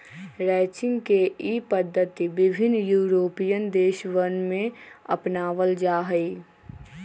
ranching के ई पद्धति विभिन्न यूरोपीयन देशवन में अपनावल जाहई